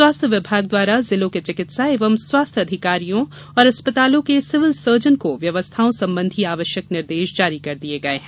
स्वास्थ्य विभाग द्वारा जिलों के चिकित्सा एवं स्वास्थ्य अधिकारियों और अस्पतालों के सिविल सर्जन को व्यवस्थाओं संबंधी आवश्यक निर्देश ज़ारी कर दिये गये हैं